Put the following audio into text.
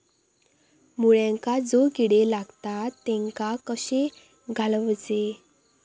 मुळ्यांका जो किडे लागतात तेनका कशे घालवचे?